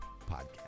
podcast